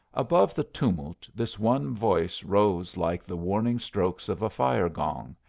above the tumult this one voice rose like the warning strokes of a fire-gong,